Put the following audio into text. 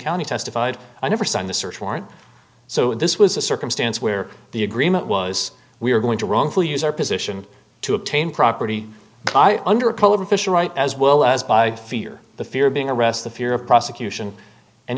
county testified i never signed the search warrant so this was a circumstance where the agreement was we were going to wrongfully use our position to obtain property under color official right as well as by fear the fear of being arrest the fear of prosecution and